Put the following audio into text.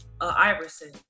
Iverson